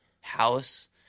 house